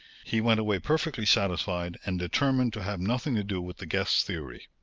he went away perfectly satisfied and determined to have nothing to do with the guest theory.